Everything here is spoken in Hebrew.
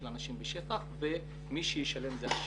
של האנשים בשטח ומי שישלם זה ---.